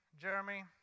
Jeremy